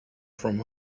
from